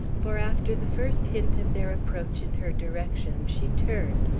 for after the first hint of their approach in her direction she turned,